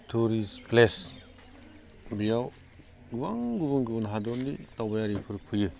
tourist place बियाव गोबां गुबुन गुबुन हादरनि दावबायारिफोर फैयो